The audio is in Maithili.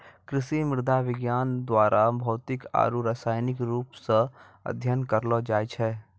कृषि मृदा विज्ञान द्वारा भौतिक आरु रसायनिक रुप से अध्ययन करलो जाय छै